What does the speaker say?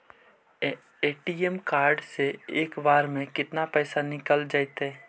ATM card से एक बार में केतना पैसा निकल जइतै?